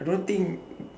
I don't think